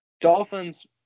Dolphins